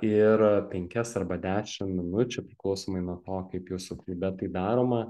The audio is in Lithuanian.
ir penkias arba dešim minučių priklausomai nuo to kaip jūsų klube tai daroma